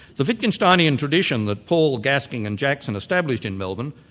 the wittgensteinian tradition that paul, gasking and jackson established in melbourne,